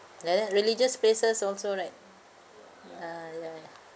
there religious places also right ah ya